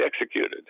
executed